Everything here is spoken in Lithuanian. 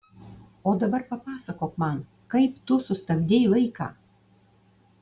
o dabar papasakok man kaip tu sustabdei laiką